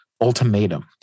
Ultimatum